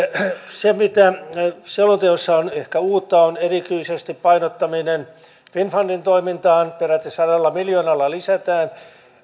se mikä selonteossa on ehkä uutta on erityisesti painottaminen finnfundin toimintaan peräti sadalla miljoonalla lisätään